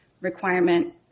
requirement